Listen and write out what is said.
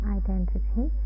identity